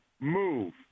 move